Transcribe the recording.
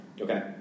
Okay